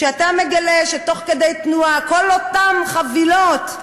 כשאתה מגלה שתוך כדי תנועה כל אותן חבילות,